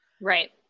Right